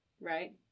Right